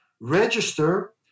register